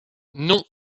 non